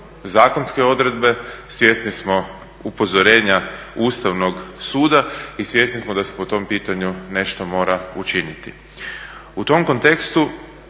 zakonske odredbe, svjesni smo upozorenja Ustavnog suda i svjesni smo da se po tom pitanju nešto mora učiniti. U tom kontekstu